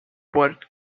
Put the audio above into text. but